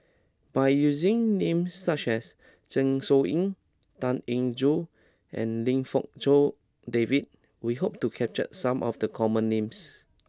by using names such as Zeng Shouyin Tan Eng Joo and Lim Fong Jock David we hope to capture some of the common names